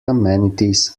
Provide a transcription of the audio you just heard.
amenities